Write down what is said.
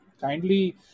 kindly